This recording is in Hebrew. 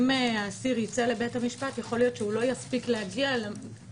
אם האסיר ייצא לבית המשפט - אולי לא יספיק להגיע למשל,